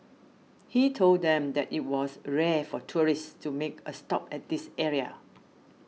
he told them that it was rare for tourists to make a stop at this area